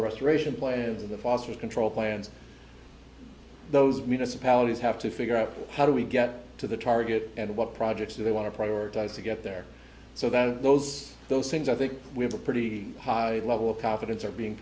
flow restoration plans of the foster control plans those municipalities have to figure out how do we get to the target and what projects do they want to prioritize to get there so that those those things i think we have a pretty high level of confidence are being